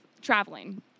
traveling